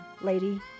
Lady